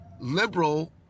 liberal